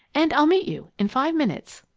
and i'll meet you in five minutes.